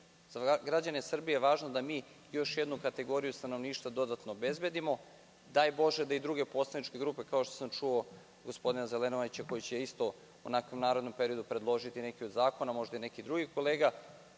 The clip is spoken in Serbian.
Za građane Srbije je važno da mi još jednu kategoriju stanovništva dodatno obezbedimo. Daj bože da i druge poslaničke grupe, kao što sam čuo gospodina Zelenovića koji će takođe u narednom periodu predložiti neki od zakona, možda i neki drugi kolega,